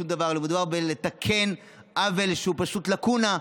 דבר אלא מדובר בלתקן עוול שהוא פשוט לקונה,